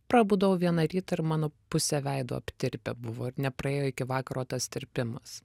prabudau vieną rytą ir mano pusė veido aptirpę buvo ir nepraėjo iki vakaro tas tirpimas